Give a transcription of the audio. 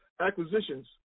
acquisitions